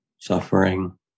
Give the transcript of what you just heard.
Suffering